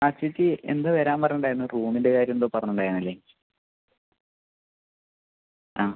ആ ചേച്ചി എന്താ വരാൻ പറഞ്ഞിട്ടിണ്ടായിരുന്നു റൂമിൻ്റെ കാര്യം എന്തോ പറഞ്ഞിട്ടുണ്ടായിരുന്നില്ലേ ആ